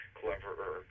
cleverer